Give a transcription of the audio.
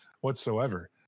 whatsoever